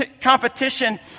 competition